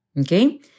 Okay